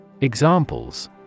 Examples